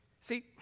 See